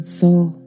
soul